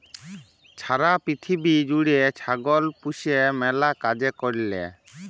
ছারা পিথিবী জ্যুইড়ে ছাগল পুষে ম্যালা কাজের কারলে